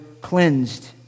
cleansed